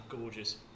gorgeous